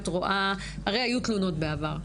הרי היו תלונות בעבר.